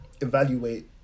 evaluate